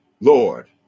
Lord